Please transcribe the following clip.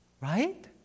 Right